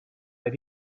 that